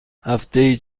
هفتهای